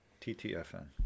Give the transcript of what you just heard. TTFN